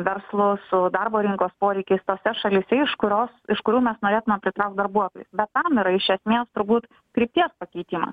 verslu su darbo rinkos poreikiais tose šalyse iš kurios iš kurių mes norėtumėm pritraukti darbuotojus bet tam yra iš esmės turbūt krypties pakeitimas